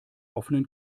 offenen